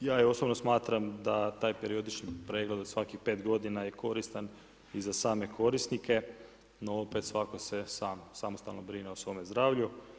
No, ja je osobno smatram da taj periodični pregled od svakih 5 godina je koristan i za same korisnike, no opet svatko se sam samostalno brine o svome zdravlju.